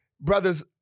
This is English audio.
Brothers